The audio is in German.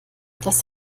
das